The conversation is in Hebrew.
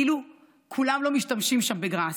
כאילו כולם לא משתמשים שם בגראס.